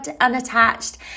unattached